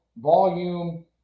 volume